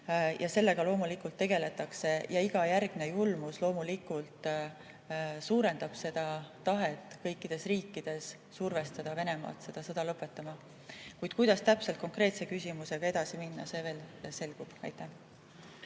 Sellega loomulikult tegeldakse. Iga järgmine julmus loomulikult suurendab kõikides riikides tahet survestada Venemaad seda sõda lõpetama. Kuid kuidas täpselt konkreetse küsimusega edasi minna, see veel selgub. Ja